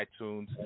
iTunes